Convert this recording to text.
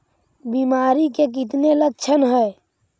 बीमारी के कितने लक्षण हैं?